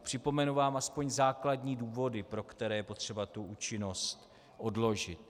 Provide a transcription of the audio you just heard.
Připomenu ale aspoň základní důvody, pro které je potřeba účinnost odložit.